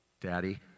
Daddy